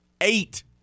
Eight